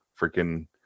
freaking